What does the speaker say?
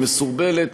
היא מסורבלת.